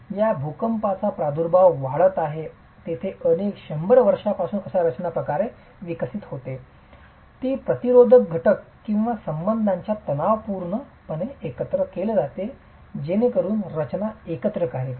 ज्या भूकंपांचा प्रादुर्भाव वाढत आहे तेथे अनेक शंभर वर्षांपासूनची रचना अशा प्रकारे विकसित होते की प्रतिरोधक घटक किंवा संबंधांना तणावपूर्णपणे एकत्र केले जाते जेणेकरून रचना एकत्र कार्य करते